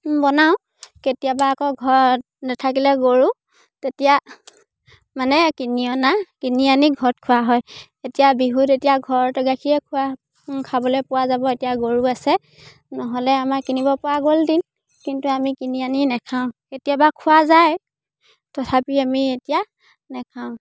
বনাওঁ কেতিয়াবা আকৌ ঘৰত নাথাকিলে গৰু তেতিয়া মানে কিনি অনা কিনি আনি ঘৰত খোৱা হয় এতিয়া বিহুত তেতিয়া ঘৰত গাখীয়ে খোৱা খাবলৈ পোৱা যাব এতিয়া গৰু আছে নহ'লে আমাৰ কিনিব পৰা গ'লহেতেন কিন্তু আমি কিনি আনি নাখাওঁ কেতিয়াবা খোৱা যায় তথাপি আমি এতিয়া নাখাওঁ